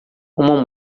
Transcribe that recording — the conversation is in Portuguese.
uma